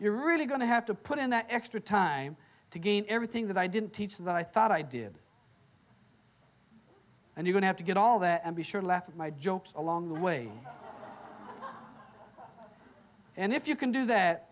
you're really going to have to put in that extra time to gain everything that i didn't teach that i thought i did and you don't have to get all that and be sure to laugh at my jokes along the way and if you can do that